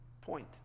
point